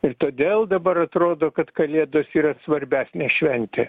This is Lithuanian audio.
ir todėl dabar atrodo kad kalėdos yra svarbesnė šventė